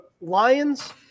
Lions